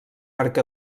arc